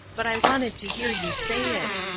but i wanted to hear you say it.